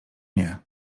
nie